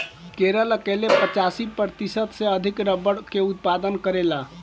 केरल अकेले पचासी प्रतिशत से अधिक रबड़ के उत्पादन करेला